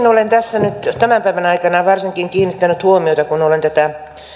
olen tässä nyt varsinkin tämän päivän aikana kiinnittänyt huomiota kun olen tätä